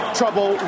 trouble